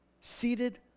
seated